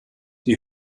die